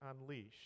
unleashed